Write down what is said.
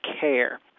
care